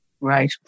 Right